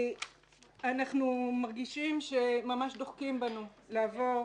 אנחנו מרגישים שממש דוחקים בנו לעבור